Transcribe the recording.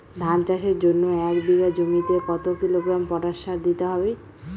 ধান চাষের জন্য এক বিঘা জমিতে কতো কিলোগ্রাম পটাশ সার দিতে হয়?